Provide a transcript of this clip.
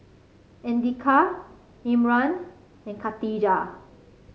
Andika Imran and Khatijah